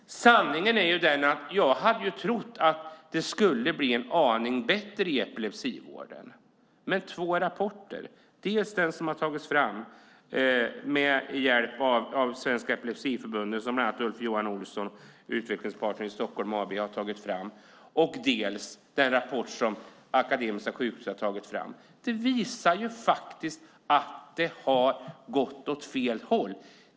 Sanningen är den att jag hade trott att det skulle bli en aning bättre i epilepsisjukvården, men två rapporter - dels den som har tagits fram på uppdrag av Svenska Epilepsiförbundet av Ulf-Johan Olson, Utvecklingspartner AB, dels den som Akademiska sjukhuset har tagit fram - visar att det har gått åt fel håll.